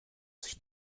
sich